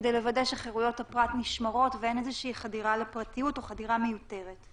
כדי לוודא שחירויות הפרט נשמרות ואין חדירה מיותרת לפרטיות.